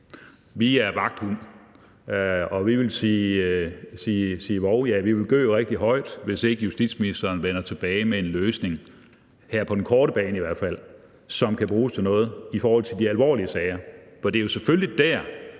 Vi er vagthund, og vi vil sige vov. Vi vil gø rigtig højt, hvis ikke justitsministeren vender tilbage med en løsning – her på den korte bane i hvert fald – som kan bruges til noget i de alvorlige sager. For det er jo selvfølgelig der,